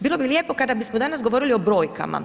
Bilo bi lijepo kada bismo danas govorili o brojkama.